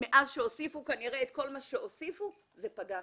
כנראה מאז שהוסיפו את כל מה שהוסיפו, זה פגע.